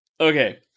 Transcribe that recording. okay